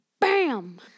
bam